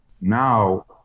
now